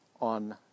on